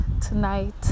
tonight